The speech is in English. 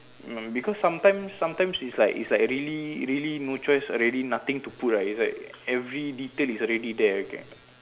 mm because sometimes sometimes is like is like really really no choice already nothing to put right is like every detail is already there okay